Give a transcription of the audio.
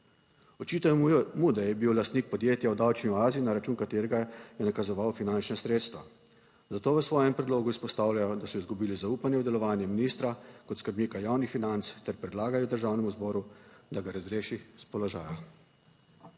Očitajo mu, da je bil lastnik podjetja v davčni oazi, na račun katerega je nakazoval finančna sredstva, zato v svojem predlogu izpostavljajo, da so izgubili zaupanje v delovanje ministra kot skrbnika javnih financ ter predlagali Državnemu zboru, da ga razreši s položaja.